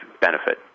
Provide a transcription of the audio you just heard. benefit